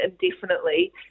indefinitely